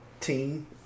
team